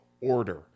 order